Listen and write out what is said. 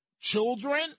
children